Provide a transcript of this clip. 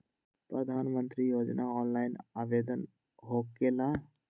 प्रधानमंत्री योजना ऑनलाइन आवेदन होकेला?